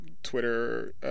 Twitter